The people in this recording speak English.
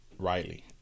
Riley